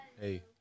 Hey